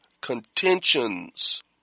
contentions